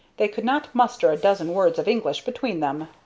they could not muster a dozen words of english between them.